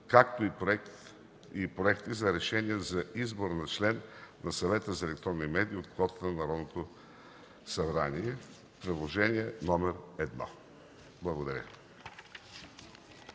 както и проекти за решение за избор на член на Съвета за електронни медии от квотата на Народното събрание, приложение 1.” Благодаря.